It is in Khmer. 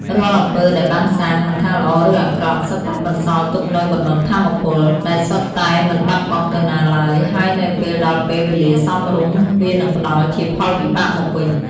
រាល់អំពើដែលបានសាង មិនថាល្អឬអាក្រក់ សុទ្ធតែបន្សល់ទុកនូវបណ្តុំថាមពល ដែលសុទ្ធតែមិនបាត់បង់ទៅណាឡើយហើយនៅពេលដល់ពេលវេលាសមរម្យ វានឹងផ្ដល់ជាផលវិបាកមកវិញ។